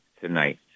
tonight